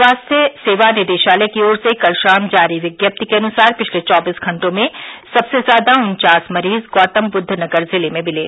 स्वास्थ्य सेवा निदेशालय की ओर से कल शाम जारी विज्ञप्ति के अनुसार पिछले चौबीस घंटों में सबसे ज्यादा उन्चास मरीज गौतमबुद्ध नगर जिले में मिले